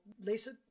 Lisa